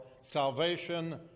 salvation